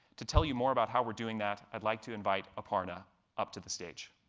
to tell you more about how we're doing that, i'd like to invite aparna up to the stage.